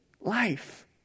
life